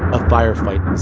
a firefight